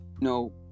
No